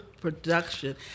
production